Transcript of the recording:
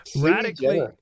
Radically